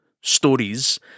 stories